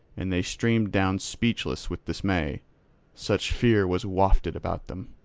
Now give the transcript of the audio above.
and they streamed down speechless with dismay such fear was wafted about them.